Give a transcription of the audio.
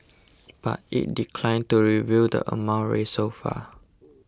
but it declined to reveal the amount raised so far